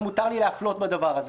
אז מותר לי להפלות בדבר הזה?